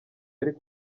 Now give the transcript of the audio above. yari